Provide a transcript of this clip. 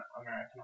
American